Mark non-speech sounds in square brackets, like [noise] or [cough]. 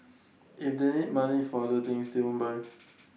if they need money for other things they won't buy [noise]